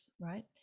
right